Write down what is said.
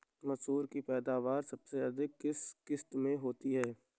मसूर की पैदावार सबसे अधिक किस किश्त में होती है?